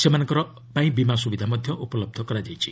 ସେମାନଙ୍କ ପାଇଁ ବୀମା ସୁବିଧା ମଧ୍ୟ ଉପଲବ୍ଧ କରାଯାଇଛି